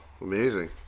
Amazing